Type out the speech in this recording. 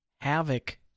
havoc